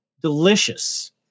Delicious